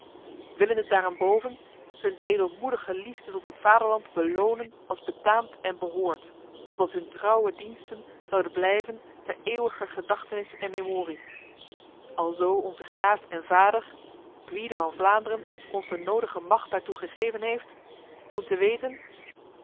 willende daarenboven hun edelmoedige liefde tot het vaderland belonen als betaamt en behoort opdat hun trouwe diensten zouden blijven ter eeuwiger gedachtenis en memorie alzo onze graaf en vader gwyde van vlaanderen ons de nodige macht daartoe gegeven heeft doen te weten